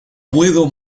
puedo